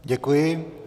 Děkuji.